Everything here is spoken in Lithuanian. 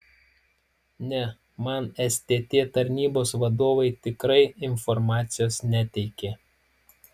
ne man stt tarnybos vadovai tikrai informacijos neteikė